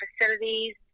facilities